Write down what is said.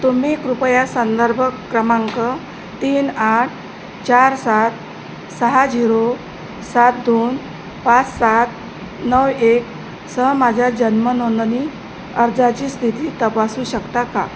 तुम्ही कृपया संदर्भ क्रमांक तीन आठ चार सात सहा झिरो सात दोन पाच सात नऊ एक सह माझ्या जन्मनोंदणी अर्जाची स्थिती तपासू शकता का